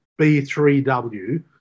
B3W